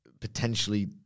potentially